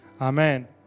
Amen